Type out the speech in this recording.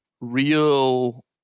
real